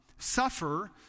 suffer